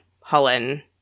Holland